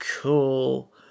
cool